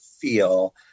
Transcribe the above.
feel